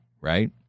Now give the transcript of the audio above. Right